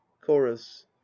chorus